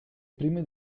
prime